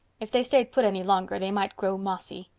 if they stayed put any longer they might grow mossy.